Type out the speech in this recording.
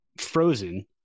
frozen